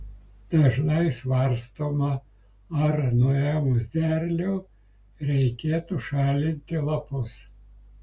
dažnai svarstoma ar nuėmus derlių reikėtų šalinti lapus